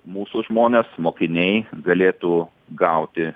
mūsų žmonės mokiniai galėtų gauti